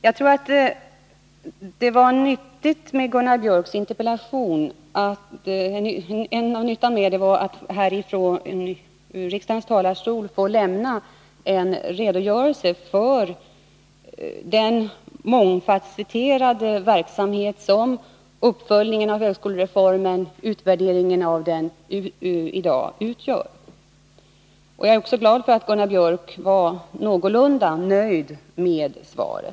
Jag tror att Gunnar Biörcks interpellation var av stort värde bl.a. därför att jag här från riksdagens talarstol fick tillfälle att lämna en redogörelse för den mångfasetterade verksamhet som uppföljningen av högskolereformen och utvärderingen av den i dag utgör. Jag är också glad för att Gunnar Biörck var någorlunda nöjd med svaret.